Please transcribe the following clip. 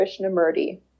Krishnamurti